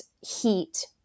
heat